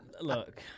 look